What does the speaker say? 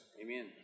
Amen